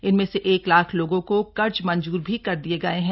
इनमें से एक लाख लोगों को कर्ज मंजूर भी कर दिए गए हैं